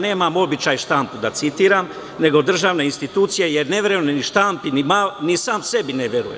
Nemam običaj štampu da citiram, nego državna institucija, jer ne verujem ni štampi, ni sam sebi ne verujem.